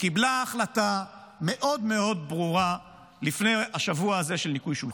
קיבלה החלטה מאוד מאוד ברורה לפני השבוע הזה של ניקוי שולחן: